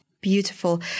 Beautiful